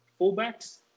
fullbacks